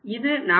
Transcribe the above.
இது 4